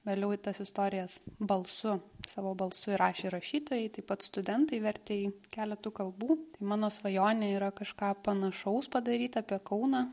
vėliau tas istorijas balsu savo balsu įrašė rašytojai taip pat studentai vertė į keletu kalbų tai mano svajonė yra kažką panašaus padaryti apie kauną